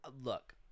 Look